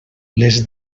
les